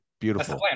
beautiful